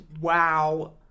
Wow